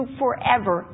forever